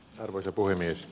arvoisa puhemies